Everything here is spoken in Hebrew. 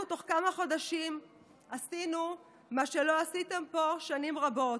אנחנו תוך כמה חודשים עשינו מה שלא עשיתם פה שנים רבות: